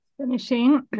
finishing